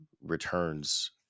returns